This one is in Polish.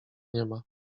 niema